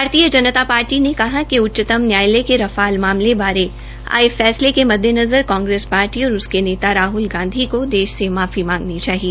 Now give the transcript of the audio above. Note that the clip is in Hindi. भारतीय जनता पार्टी ने कहा कि उच्चतम न्यायालय के र फाल मामले बारे आये फैसले के मददेनज़र कांग्रेस पार्टी और उसके नेता राहल गांधी को देश से माफी मांगनी चाहिए